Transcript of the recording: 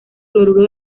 cloruro